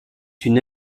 une